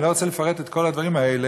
אני לא רוצה לפרט את כל הדברים האלה,